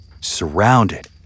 surrounded